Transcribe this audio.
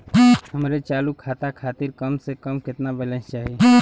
हमरे चालू खाता खातिर कम से कम केतना बैलैंस चाही?